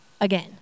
again